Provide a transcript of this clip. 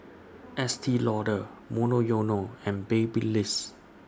Estee Lauder Monoyono and Babyliss